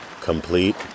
complete